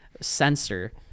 sensor